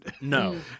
no